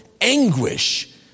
anguish